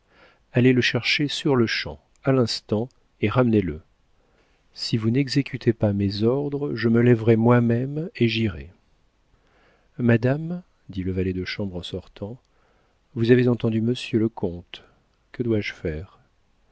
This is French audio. allez le chercher sur-le-champ à l'instant et ramenez le si vous n'exécutez pas mes ordres je me lèverai moi-même et j'irai madame dit le valet de chambre en sortant vous avez entendu monsieur le comte que dois-je faire